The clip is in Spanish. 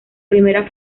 primera